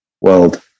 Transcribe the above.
world